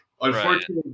Unfortunately